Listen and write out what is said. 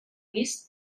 vist